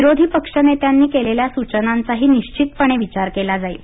विरोधी पक्षनेत्यांनी केलेल्या सूचनांचाही निश्चितपणे विचार केला जाईल